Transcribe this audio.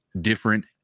different